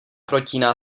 protíná